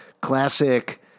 classic